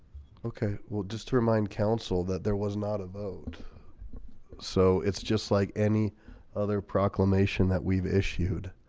okay. well just to remind counsel that there was not a vote so it's just like any other proclamation that we've issued